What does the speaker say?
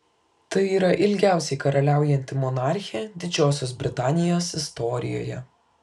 tai yra ilgiausiai karaliaujanti monarchė didžiosios britanijos istorijoje